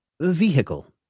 vehicle